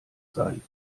sein